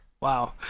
Wow